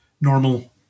normal